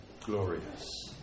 Glorious